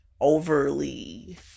overly